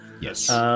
Yes